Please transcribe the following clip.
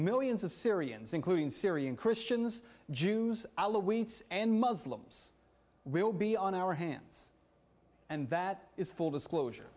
millions of syrians including syrian christians jews and muslims will be on our hands and that is full disclosure